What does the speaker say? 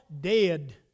dead